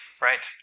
Right